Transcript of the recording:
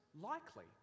likely